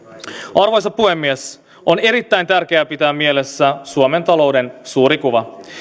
arvoisa puhemies on erittäin tärkeää pitää mielessä suomen talouden suuri kuva